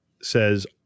says